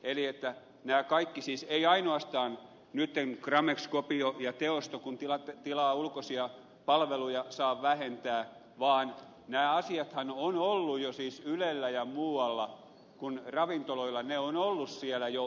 eli nämä kaikki siis ei ainoastaan nyt gramex kopiosto ja teosto kun tilaavat ulkoisia palveluja saavat vähentää vaan nämä asiathan ovat olleet jo siis ylellä ja muualla ravintoloilla ne ovat olleet siellä jo vähennyskelpoisia